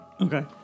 Okay